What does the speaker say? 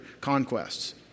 conquests